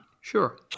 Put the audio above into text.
Sure